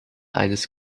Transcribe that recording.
eines